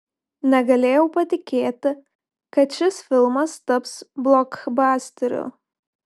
negalėjau patikėti kad šis filmas taps blokbasteriu